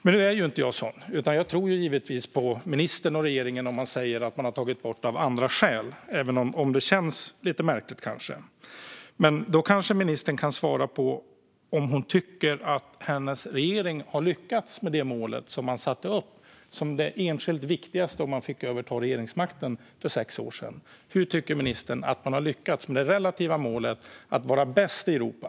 Men nu är ju inte jag sådan, utan jag tror givetvis på ministern och regeringen om man säger att man har tagit bort det av andra skäl - även om det kanske känns lite märkligt. Ministern kanske kan svara på frågan om hon tycker att hennes regering har lyckats med det mål som man satte upp som det enskilt viktigaste om man fick överta regeringsmakten för sex år sedan. Hur tycker ministern att man har lyckats med det relativa målet att vara bäst i Europa?